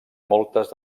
moltes